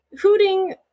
Hooting